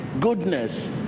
goodness